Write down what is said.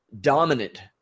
dominant